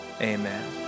Amen